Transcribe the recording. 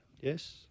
Yes